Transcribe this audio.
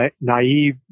naive